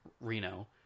Reno